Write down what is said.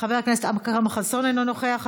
אינה נוכחת,